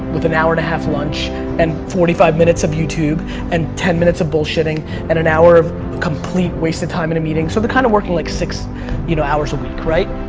with an hour and a half lunch and forty five minutes of youtube and ten minutes of bullshitting and an hour of complete wasted time in a meeting. so they're kind of working like six you know hours a week right?